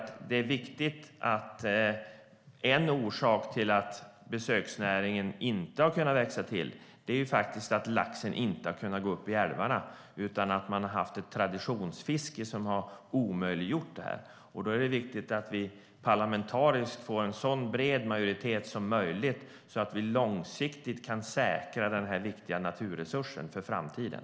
En orsak till att besöksnäringen inte har kunnat växa till är faktiskt att laxen inte har kunnat gå upp i älvarna eftersom man har haft ett traditionsfiske som har omöjliggjort det. Därför är det viktigt att vi parlamentariskt får en så bred majoritet som möjligt, så att vi långsiktigt kan säkra den här viktiga naturresursen för framtiden.